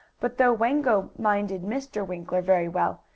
but though wango minded mr. winkler very well,